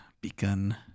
begun